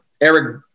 Eric